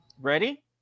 Ready